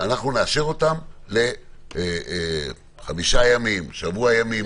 אנחנו נאשר אותם לחמישה ימים, שבוע ימים.